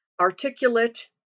articulate